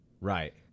Right